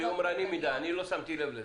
זה יומרני מדי, אני לא שמתי לב לזה.